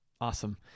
Awesome